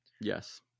Yes